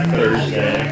Thursday